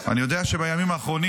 אני יודע שבימים האחרונים